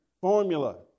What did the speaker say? formula